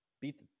beat